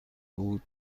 بود